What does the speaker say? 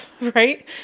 right